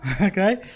Okay